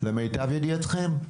למיטב ידיעתכם?